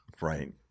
right